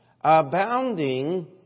abounding